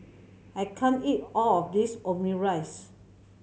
I can't eat all of this Omurice